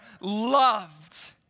loved